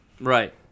Right